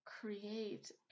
create